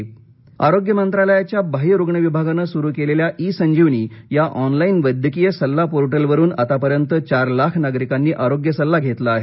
ड संजीवनी आरोग्य मंत्रालयाच्या बाह्य रुग्ण विभागानं सुरू केलेल्या इ संजीवनी या ऑनलाइन वृद्धकीय सल्ला पोर्टलवरुन आतापर्यंत चार लाख नागरिकांनी आरोग्य सल्ला घेतला आहे